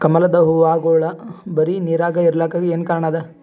ಕಮಲದ ಹೂವಾಗೋಳ ಬರೀ ನೀರಾಗ ಇರಲಾಕ ಏನ ಕಾರಣ ಅದಾ?